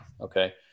Okay